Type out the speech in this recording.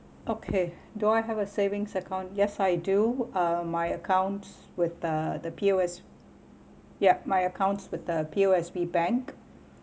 okay do I have a savings account yes I do uh my accounts with the the P_O_S yup my accounts with the P_O_S_B bank